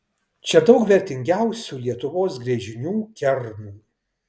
čia daug vertingiausių lietuvos gręžinių kernų